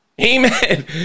Amen